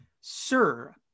sir